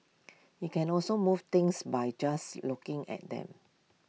IT can also move things by just looking at them